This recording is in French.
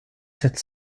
sept